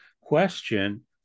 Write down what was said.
question